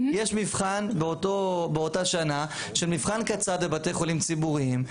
יש מבחן באותה שנה של מבחן --- לבתי חולים ציבוריים,